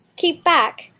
keep back,